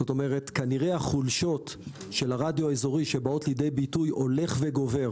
זאת אומרת שכנראה החולשות של הרדיו האזורי שבאות לידי ביטוי הולך וגובר